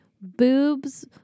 Boobs